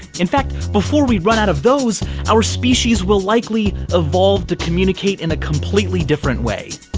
in fact, before we run out of those our species will likely evolve to communicate in a completely different way.